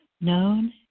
known